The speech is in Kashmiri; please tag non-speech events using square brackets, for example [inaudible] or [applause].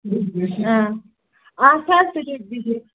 إں [unintelligible]